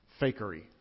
fakery